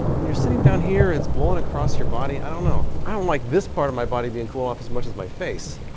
when you're sitting down here, it's blowing across your body, i don't know. i don't like this part of my body being cooled off as much as my face.